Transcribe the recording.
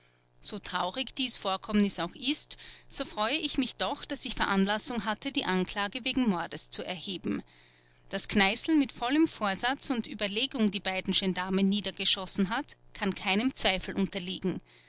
so traurig dies vorkommnis auch ist so freue ich mich doch daß ich veranlassung hatte die anklage wegen mordes zu erheben daß kneißl mit vollem vorsatz und überlegung die beiden gendarmen niedergeschossen hat kann keinem zweifel unterliegen